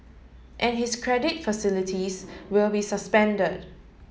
and his credit facilities will be suspended